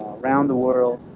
around the world